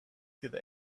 through